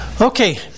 Okay